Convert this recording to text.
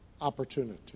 opportunity